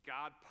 God